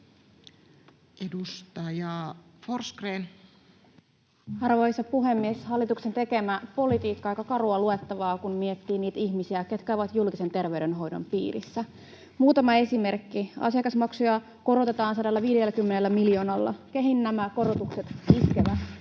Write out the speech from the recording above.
10:16 Content: Arvoisa puhemies! Hallituksen tekemä politiikka on aika karua luettavaa, kun miettii niitä ihmisiä, ketkä ovat julkisen terveydenhoidon piirissä. Muutama esimerkki: Asiakasmaksuja korotetaan 150 miljoonalla. Keihin nämä korotukset iskevät?